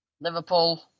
Liverpool